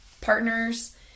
partners